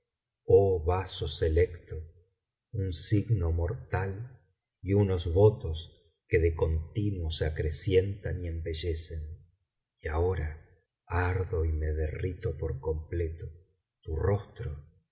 oh vaso selecto un signo mortal y tinos votos que de continuo se acrecientan y embellecen y ahora ardo y me derrito por completo tu rostro